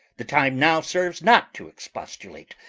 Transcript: the time now serves not to expostulate.